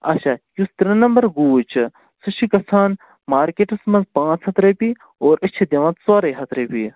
اَچھا یُس ترٛےٚ نَمبر گوٗج چھِ سُہ چھِ گَژھان مارکٮ۪ٹَس منٛز پانٛژھ ہَتھ رۄپیہِ اور أسۍ چھِ دِوان ژورَے ہَتھ رۄپیہِ